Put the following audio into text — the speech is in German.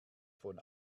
von